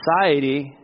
society